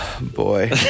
Boy